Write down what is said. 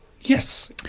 Yes